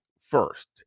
first